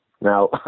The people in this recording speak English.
now